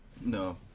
No